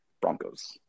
Broncos